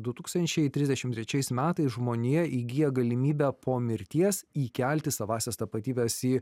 du tūkstančiai trisdešim trečiais metais žmonija įgyja galimybę po mirties įkelti savąsias tapatybes į